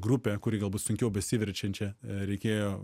grupę kuri galbūt sunkiau besiverčiančią reikėjo